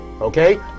okay